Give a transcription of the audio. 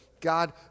God